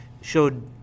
showed